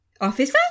officer